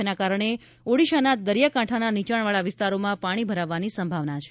જેના કારણે ઓડીશાના દરિયાકાંઠાના નીચાણવાળા વિસ્તારોમાં પાણી ભરાવવાની સંભાવના છે